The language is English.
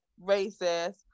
racist